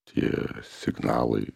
tie signalai